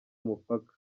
mupaka